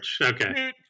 Okay